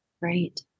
Right